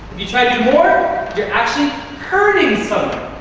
you try to do more, you're actually hurting someone,